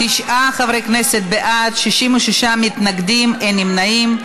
תשעה חברי כנסת בעד, 66 מתנגדים, אין נמנעים.